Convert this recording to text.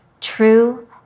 True